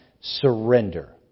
surrender